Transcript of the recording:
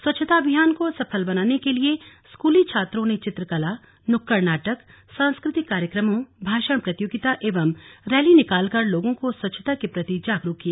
स्वच्छता अभियान को सफल बनाने के लिए स्कूली छात्राओं ने चित्रकला नुक्कड नाटक सांस्कृतिक कार्यक्रमों भाषण प्रतियोगिता एवं रैली निकालकर लोगों को स्वच्छता के प्रति जागरूक किया